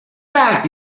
back